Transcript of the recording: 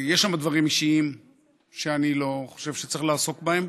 יש שם דברים אישיים שאני לא חושב שצריך לעסוק בהם,